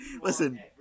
Listen